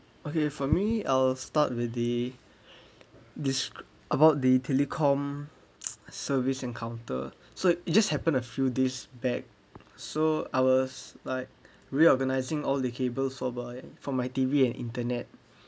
okay for me I'll start with the this about the utility com service encounter so just happen a few days back so I was like reorganizing all the cables for my for my T_V and internet